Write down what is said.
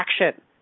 action